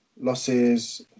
Losses